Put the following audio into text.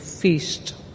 Feast